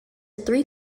three